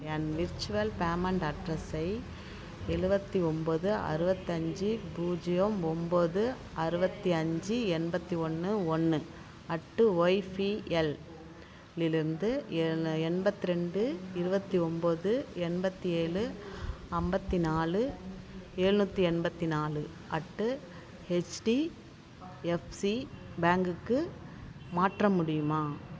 என் virtual payment அட்ரஸ்ஸை எழுவத்தி ஒம்போது அறுபத்தஞ்சி பூஜ்ஜியம் ஒம்போது அறுபத்தி அஞ்சு எண்பத்தி ஒன்று ஒன்று அட்டு ஒய்ஃபிஎல்லிலிருந்து எண்பத்தி ரெண்டு இருபத்தி ஒம்போது எண்பத்தி ஏழு அம்பத்தி நாலு எழுநூத்தி எண்பத்தி நாலு அட்டு ஹெச்டிஎஃப்சி பேங்குக்கு மாற்ற முடியுமா